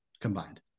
combined